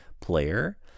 player